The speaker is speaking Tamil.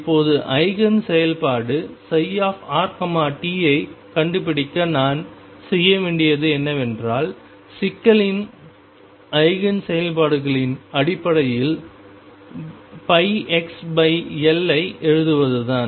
இப்போது ஐகேன் செயல்பாடு ψrt ஐ கண்டுபிடிக்க நான் செய்ய வேண்டியது என்னவென்றால் சிக்கலின் ஐகேன் செயல்பாடுகளின் அடிப்படையில் πxL ஐ எழுதுவதுதான்